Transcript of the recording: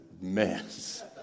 mess